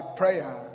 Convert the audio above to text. prayer